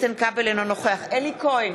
אינו נוכח אלי כהן,